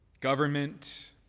Government